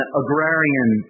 agrarian